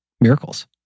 miracles